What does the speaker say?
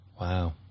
Wow